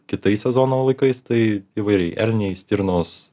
kitais sezono laikais tai įvairiai elniai stirnos